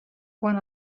quan